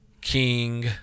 King